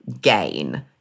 gain